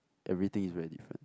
everything is very different